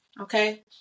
Okay